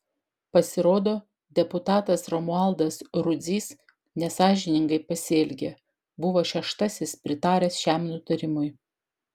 pasirodo deputatas romualdas rudzys nesąžiningai pasielgė buvo šeštasis pritaręs šiam nutarimui